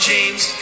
James